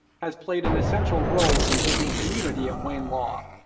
has played an essential role in building community at wayne law.